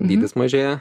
dydis mažeja